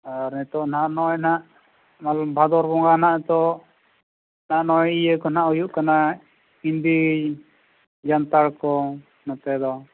ᱟᱨ ᱱᱤᱛᱳᱜ ᱱᱟᱦᱟᱸᱜ ᱱᱚᱜᱼᱚᱭ ᱱᱟᱦᱟᱸᱜ ᱵᱷᱟᱫᱚᱨ ᱵᱚᱸᱜᱟ ᱦᱟᱸᱜ ᱱᱤᱛᱳᱜ ᱱᱚᱜᱼᱚᱭ ᱤᱭᱟᱹ ᱠᱚ ᱦᱟᱸᱜ ᱦᱩᱭᱩᱜ ᱠᱟᱱᱟ ᱦᱤᱱᱫᱤ ᱡᱟᱱᱛᱷᱟᱲ ᱠᱚ ᱱᱚᱛᱮ ᱫᱚ